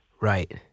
Right